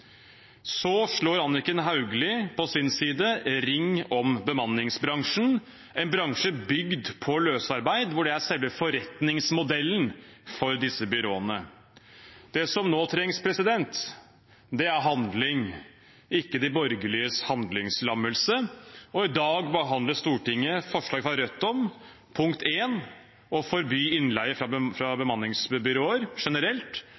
Anniken Hauglie slår på sin side ring om bemanningsbransjen – en bransje bygd på løsarbeid. Det er selve forretningsmodellen for disse byråene. Det som nå trengs, er handling, ikke de borgerliges handlingslammelse. I dag behandler Stortinget et forslag fra Rødt om å forby innleie fra bemanningsbyråer generelt som et strakstiltak, å få vekk innleie fra